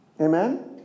Amen